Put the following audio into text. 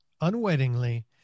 unwittingly